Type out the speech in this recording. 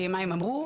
מה הם אמרו,